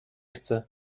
chce